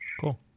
Cool